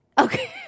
okay